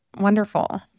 wonderful